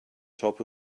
top